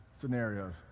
scenarios